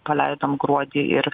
paleidom gruodį ir